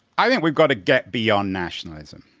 i think we've got to get beyond nationalism.